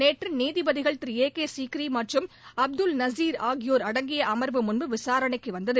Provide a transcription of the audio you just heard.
நேற்று நீதிபதிகள் A K Sikri மற்றும் அப்துல் நசீா ஆகியோா் அடங்கிய அமா்வு முன்பு விசாரணைக்கு வந்தது